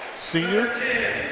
senior